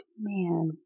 Man